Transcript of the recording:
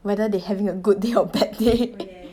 whether they having a good day or bad day